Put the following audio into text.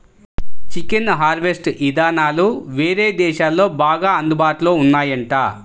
chicken harvest ఇదానాలు వేరే దేశాల్లో బాగా అందుబాటులో ఉన్నాయంట